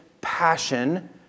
passion